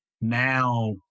now